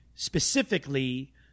specifically